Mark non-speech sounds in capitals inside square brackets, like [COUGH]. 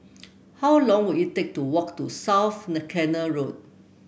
how long will it take to walk to South [UNINTELLIGIBLE] Canal Road